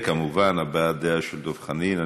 וכמובן, הבעת דעה של דב חנין.